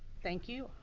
thank you,